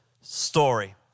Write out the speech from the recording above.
story